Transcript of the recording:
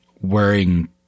wearing